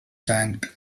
ranked